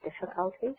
difficulties